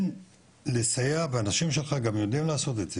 כן לסייע ואנשים שלך גם יודעים לעשות את זה,